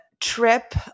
trip